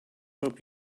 hope